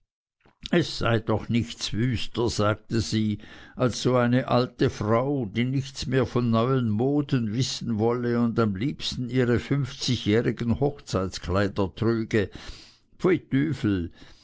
es sei doch nichts wüster sagte sie als so eine alte frau die nichts mehr von neuen moden wissen wolle und am liebsten ihre fünfzigjährigen hochzeitskleider trüge